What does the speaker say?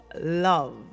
love